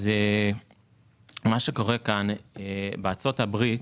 בארצות הברית